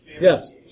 Yes